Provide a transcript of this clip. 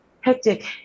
hectic